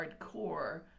hardcore